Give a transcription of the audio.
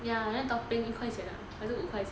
ya and then topping 一块钱的还是五块钱的